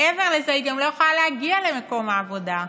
מעבר לזה, היא גם לא יכולה להגיע למקום העבודה,